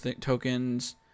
tokens